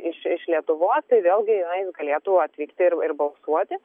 iš iš lietuvos tai vėlgi na jis galėtų atvykti ir ir balsuoti